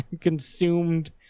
consumed